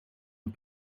and